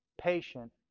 Patient